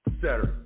Saturday